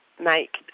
make